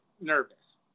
nervous